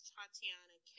Tatiana